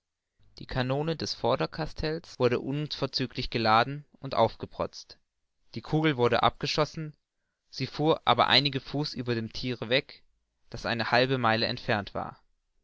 die kanone des vorderkastells wurde unverzüglich geladen und aufgeprotzt die kugel wurde abgeschossen sie fuhr aber einige fuß über dem thiere weg das eine halbe meile entfernt war